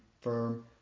firm